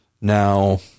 Now